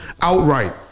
outright